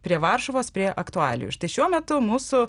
prie varšuvos prie aktualijų štai šiuo metu mūsų